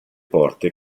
porte